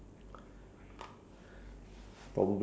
not too sure ah but it's a old man